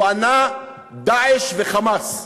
הוא ענה: "דאעש"